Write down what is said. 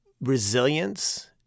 resilience